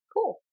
Cool